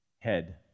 head